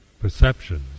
perceptions